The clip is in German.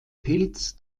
pilz